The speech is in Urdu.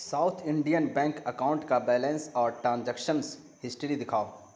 ساؤتھ انڈین بینک اکاؤنٹ کا بیلنس اور ٹرانزیکشنز ہسٹری دکھاؤ